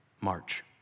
March